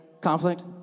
conflict